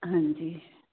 ਹਾਂਜੀ